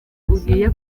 ugiye